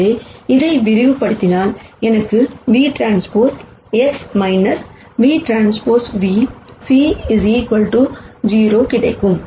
எனவே இதை விரிவுபடுத்தினால் எனக்கு vT X vTv c 0 கிடைக்கும்